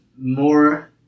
more